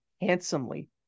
handsomely